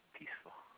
peaceful